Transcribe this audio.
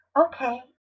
okay